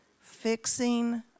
fixing